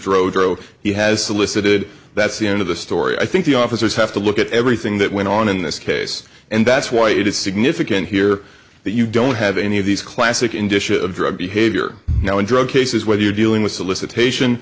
drove her oh he has solicited that's the end of the story i think the officers have to look at everything that went on in this case and that's why it is significant here that you don't have any of these classic indicia of drug behavior now in drug cases whether you're dealing with solicitation